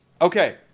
Okay